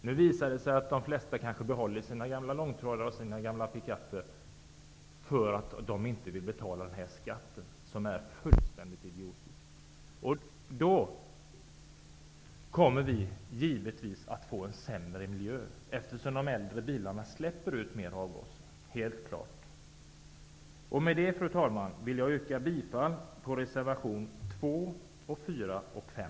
Nu visar det sig att de flesta behåller sina gamla långtradare och sina gamla pickuper, därför att de inte vill betala den här skatten, som är fullständigt idiotisk. Vi kommer att få en sämre miljö, eftersom de äldre bilarna släpper ut mer avgaser, helt klart! Med det, fru talman, vill jag yrka bifall till reservationerna 2, 4 och 5.